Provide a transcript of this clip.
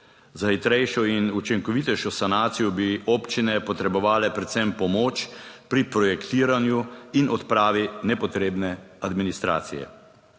Za hitrejšo in učinkovitejšo sanacijo bi občine potrebovale predvsem pomoč pri projektiranju in odpravi nepotrebne administracije.